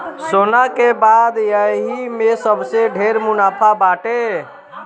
सोना के बाद यही में सबसे ढेर मुनाफा बाटे